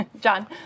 John